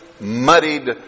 muddied